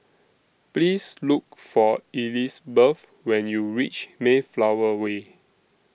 Please Look For Elizabeth when YOU REACH Mayflower Way